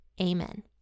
Amen